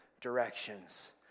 directions